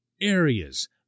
areas